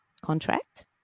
contract